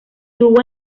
hubo